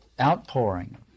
outpouring